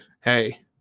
hey